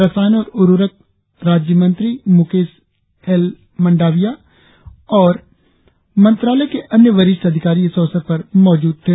रसायन और उर्वरक राज्यमंत्री मुकेश एल मंडाविया और मंत्रालय के अन्य वरिष्ठ अधिकारी इस अवसर पर मौजीद थे